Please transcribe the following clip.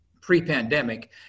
pre-pandemic